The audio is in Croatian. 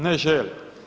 Ne želi.